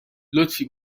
لطفی